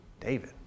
David